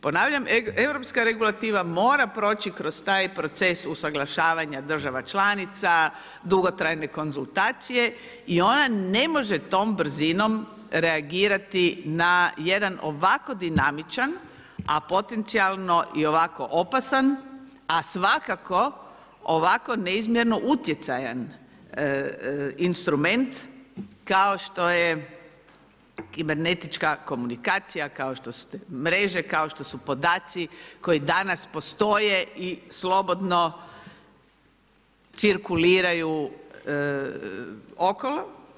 Ponavljam, europska regulativa mora proći kroz taj proces usaglašavanja država članica, dugotrajne konzultacije i ona ne može tom brzinom reagirati na jedan ovako dinamičan, a potencijalno i ovako opasan, a svakako ovako neizmjerno utjecajan instrument kao što je kibernetička komunikacija, kao što su te mreže, kao što su podaci koji danas postoje i slobodno cirkuliraju okolo.